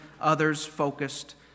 others-focused